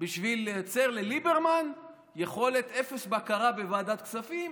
בשביל לייצר לליברמן יכולת אפס בקרה בוועדת כספים,